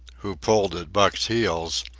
who pulled at buck's heels,